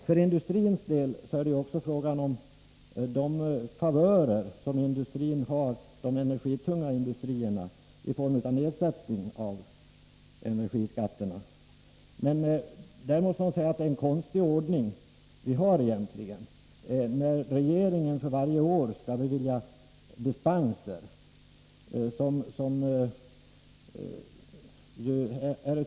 För industrins del är det också fråga om de favörer som de energitunga industrierna har i form av nedsättning av energiskatterna. Det är en konstig ordning när regeringen för varje år skall bevilja dispenser.